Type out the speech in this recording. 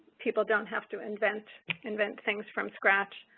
people don't have to invent invent things from scratch.